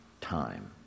time